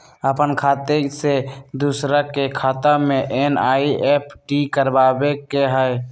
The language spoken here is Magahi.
अपन खाते से दूसरा के खाता में एन.ई.एफ.टी करवावे के हई?